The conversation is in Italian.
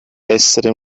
essere